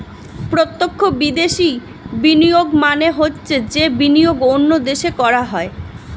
প্রত্যক্ষ বিদেশি বিনিয়োগ মানে হচ্ছে যে বিনিয়োগ অন্য দেশে করা হয়